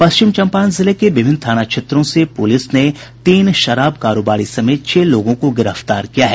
पश्चिम चंपारण जिले के विभिन्न थाना क्षेत्रों से पुलिस ने तीन शराब कारोबारी समेत छह लोगों को गिरफ्तार किया है